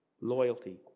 loyalty